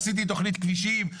עשיתי תכנית כבישים,